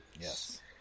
Yes